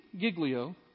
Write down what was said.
Giglio